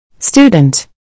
Student